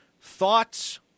Thoughts